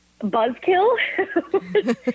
buzzkill